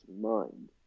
mind